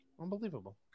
Unbelievable